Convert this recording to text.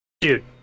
dude